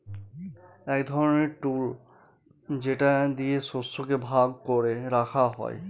এক ধরনের টুল যেটা দিয়ে শস্যকে ভাগ করে রাখা হয়